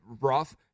rough